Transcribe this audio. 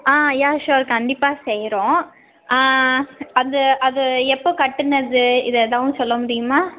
ஆ yeah sure கண்டிப்பாக செய்கிறோம் ஆ அது அது எப்போ கட்டுனது இது எதாது ஒன்று சொல்லமுடியுமா